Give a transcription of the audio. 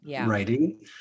writing